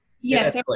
Yes